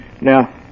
Now